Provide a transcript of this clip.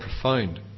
profound